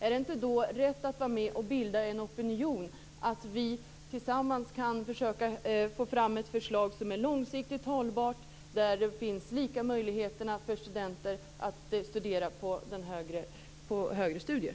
Är det då inte rätt att vara med och bilda en opinion, så att vi tillsammans kan försöka få fram ett förslag som är långsiktigt hållbart och där det finns lika möjligheter för studenter att bedriva högre studier?